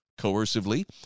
coercively